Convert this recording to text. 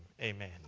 Amen